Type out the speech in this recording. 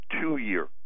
two-year